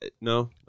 No